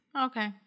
Okay